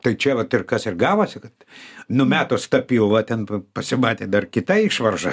tai čia vat ir kas ir gavosi kad numetus tą pilvą ten pasimatė dar kita išvarža